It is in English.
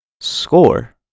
score